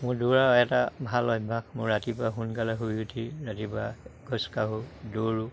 মোৰ দৌৰা এটা ভাল অভ্যাস মোৰ ৰাতিপুৱা সোনকালে শুই উঠি ৰাতিপুৱা খোজ কাঢ়োঁ দৌৰোঁ